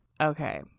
Okay